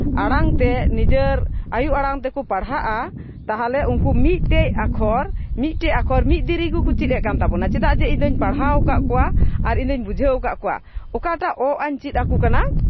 ᱟᱲᱟᱝ ᱛᱮ ᱱᱤᱡᱮᱨ ᱟᱹᱭᱩ ᱟᱲᱟᱝ ᱛᱮᱠᱚ ᱯᱟᱲᱦᱟᱜᱼᱟ ᱛᱟᱦᱚᱞᱮ ᱩᱱᱠᱩ ᱢᱤᱫᱴᱮᱡ ᱟᱠᱷᱚᱨ ᱢᱤᱫᱴᱮᱡ ᱟᱠᱷᱚᱨ ᱢᱤᱫ ᱫᱤᱱ ᱨᱮᱜᱮ ᱠᱚ ᱪᱮᱫ ᱮᱜ ᱠᱟᱱ ᱛᱟᱵᱳᱱᱟ ᱪᱮᱫᱟᱜ ᱡᱮ ᱤᱧᱫᱚᱧ ᱯᱟᱲᱦᱟᱣ ᱠᱟᱜ ᱠᱚᱣᱟ ᱟᱨ ᱤᱧᱫᱚᱧ ᱵᱩᱡᱷᱟᱹᱣ ᱠᱟᱜ ᱠᱚᱣᱟ ᱚᱠᱟᱴᱟᱜ ᱚ ᱟ ᱟᱹᱧ ᱪᱮᱫ ᱟᱠᱚ ᱠᱟᱱᱟ